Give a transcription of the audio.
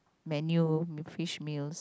menu fish meals